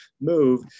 move